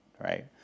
right